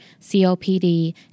COPD